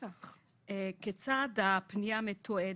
כיצד הפנייה מתועדת?